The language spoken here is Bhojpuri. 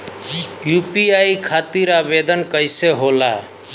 यू.पी.आई खातिर आवेदन कैसे होला?